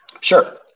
Sure